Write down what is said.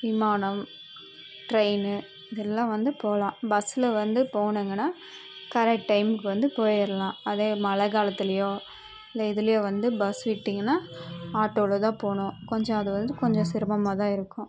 விமானம் ட்ரெயின்னு இதெல்லாம் வந்து போகலாம் பஸ்ஸில் வந்து போனாங்கன்னால் கரெக்ட் டைம்க்கு வந்து போயிடலாம் அதே மழை காலத்திலயோ இல்லை எதிலயோ வந்து பஸ் விட்டிங்கன்னால் ஆட்டோவில் தான் போகணும் கொஞ்சம் அது வந்து கொஞ்சம் சிரமமாக தான் இருக்கும்